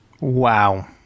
Wow